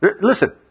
Listen